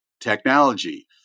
technology